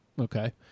Okay